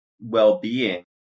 well-being